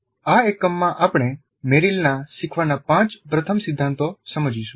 આ એકમમાં આપણે મેરિલના શીખવાના પાંચ પ્રથમ સિદ્ધાંતો સમજીશું